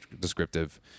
descriptive